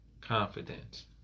confidence